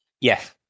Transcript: Yes